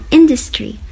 industry